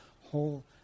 whole